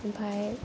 ओमफ्राय